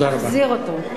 תחזיר אותו.